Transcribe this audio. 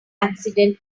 accident